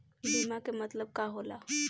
बीमा के मतलब का होला?